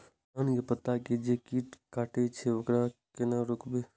धान के पत्ता के जे कीट कटे छे वकरा केना रोकबे?